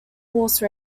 horse